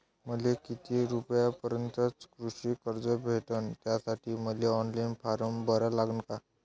मले किती रूपयापर्यंतचं कृषी कर्ज भेटन, त्यासाठी मले ऑनलाईन फारम भरा लागन का?